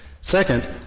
Second